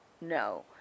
no